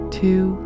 two